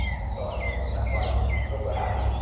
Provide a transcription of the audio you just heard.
yeah, so i think that's why we feel so happy.